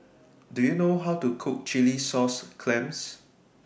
Do YOU know How to Cook Chilli Sauce Clams